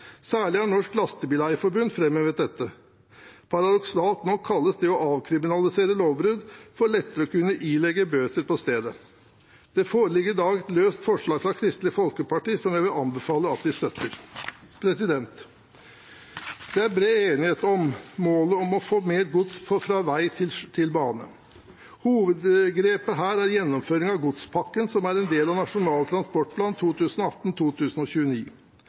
særlig har Norges Lastbileier-forbund fremhevet dette. Paradoksalt nok kalles det å avkriminalisere lovbrudd for lettere å kunne ilegge bøter på stedet. Det foreligger i dag et løst forslag fra Kristelig Folkeparti som jeg vil anbefale at vi støtter. Det er bred enighet om målet om å få over mer gods fra vei til bane. Hovedgrepet her er gjennomføringen av godspakken som er en del av Nasjonal transportplan